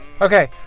Okay